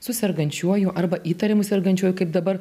su sergančiuoju arba įtariamu sergančiuoju kaip dabar